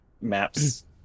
maps